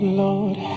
lord